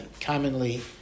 commonly